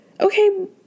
Okay